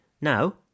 Now